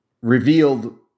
revealed